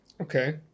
Okay